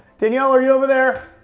danielle, are you over there?